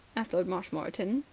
asked lord marshmoreton,